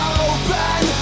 open